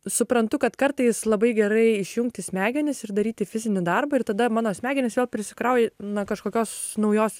suprantu kad kartais labai gerai išjungti smegenis ir daryti fizinį darbą ir tada mano smegenys vėl prisikrauina kažkokios naujos